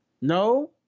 No